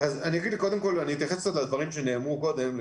אני אתייחס קצת לדברים שנאמרו קודם.